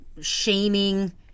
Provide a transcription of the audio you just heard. shaming